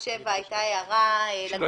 מה שהוא אמר עכשיו, זה מאפיין את